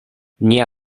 nia